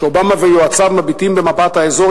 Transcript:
כשאובמה ויועציו מביטים במפת האזור,